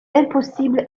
impossible